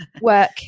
work